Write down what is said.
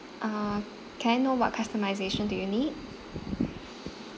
uh can I know what customisation do you need